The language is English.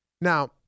Now